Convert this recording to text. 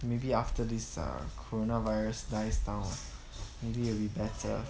and maybe after this err coronavirus dies down maybe it'll be better